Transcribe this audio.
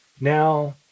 now